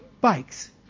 bikes